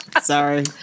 Sorry